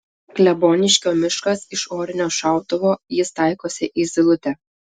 kleboniškio miškas iš orinio šautuvo jis taikosi į zylutę